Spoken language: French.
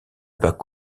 bas